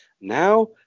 Now